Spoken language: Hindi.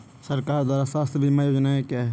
सरकार द्वारा स्वास्थ्य बीमा योजनाएं क्या हैं?